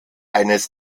eines